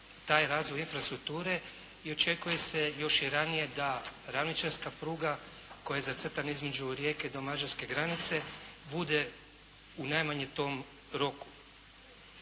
taj razvoj infrastrukture i očekuje se još i ranije da ravničarska pruga koja je zacrtana između Rijeke do mađarske granice bude u najmanje tom roku.